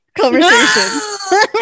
conversation